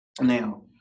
Now